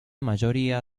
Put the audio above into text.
mayoría